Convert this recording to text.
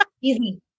Easy